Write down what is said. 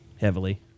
heavily